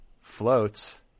floats